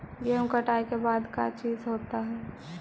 गेहूं कटाई के बाद का चीज होता है?